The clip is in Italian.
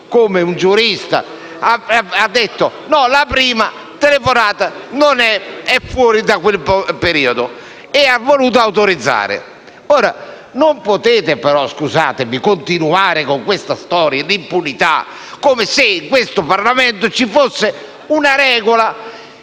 come un giurista, ha detto che la prima telefonata è fuori da quel periodo e ha voluto concedere l'autorizzazione. Non potete continuare con la storia dell'impunità come se in questo Parlamento ci fosse una regola